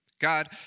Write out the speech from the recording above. God